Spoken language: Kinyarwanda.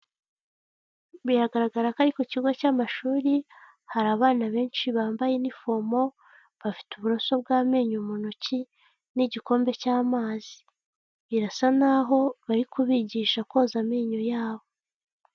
Biragaragara ko ari ku kigo cy'amashuri, hari abana benshi bambaye inifomo bafite uburoso bw'amenyo mu ntoki n'igikombe cy'amazi, birasa naho bari kubigisha koza amenyo yabo.